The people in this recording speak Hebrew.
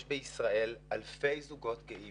יש בישראל אלפי זוגות גאים